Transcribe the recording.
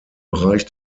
bereich